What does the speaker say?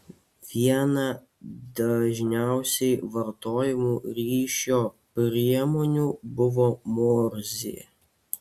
viena dažniausiai vartojamų ryšio priemonių buvo morzė